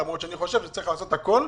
למרות שאני חושב שאנחנו צריכים לעשות הכול,